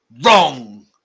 wrong